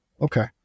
okay